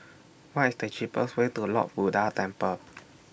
What IS The cheapest Way to Lord Buddha Temple